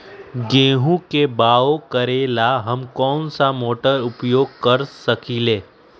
गेंहू के बाओ करेला हम कौन सा मोटर उपयोग कर सकींले?